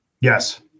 yes